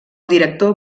director